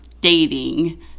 dating